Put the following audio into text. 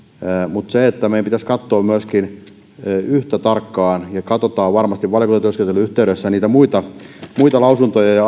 mutta meidän pitäisi katsoa myöskin yhtä tarkkaan ja katsomme varmasti valiokuntatyöskentelyn yhteydessä niitä muita muita lausuntoja ja